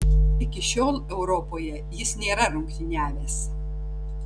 iki šiol europoje jis nėra rungtyniavęs